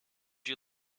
you